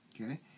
Okay